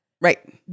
right